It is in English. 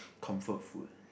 comfort food